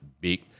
big